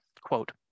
quote